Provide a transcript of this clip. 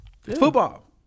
Football